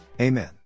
Amen